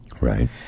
right